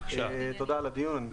תודה על הדיון.